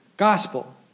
gospel